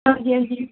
ਹਾਂਜੀ ਹਾਂਜੀ